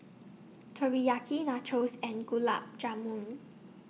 Teriyaki Nachos and Gulab Jamun